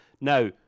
Now